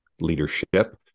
leadership